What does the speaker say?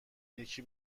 یکی